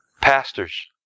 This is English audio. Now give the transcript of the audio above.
Pastors